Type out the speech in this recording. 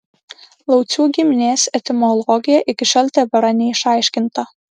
laucių giminės etimologija iki šiol tebėra neišaiškinta